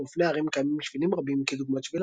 עבור אופני הרים קיימים שבילים רבים כדוגמת שביל